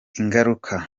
ingaruka